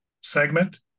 segment